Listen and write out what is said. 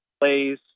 plays